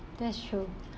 that's true